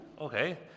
Okay